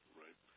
right